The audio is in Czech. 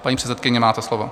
Paní předsedkyně, máte slovo.